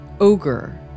Ogre